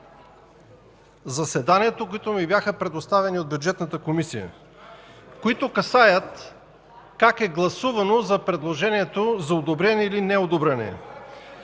заседанието, които ми бяха предоставени от Бюджетната комисия. Те касаят как е гласувано за предложението за одобрение или неодобрение.